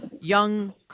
young